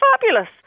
fabulous